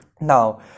now